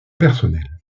personnel